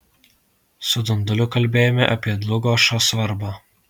su dunduliu kalbėjome apie dlugošo svarbą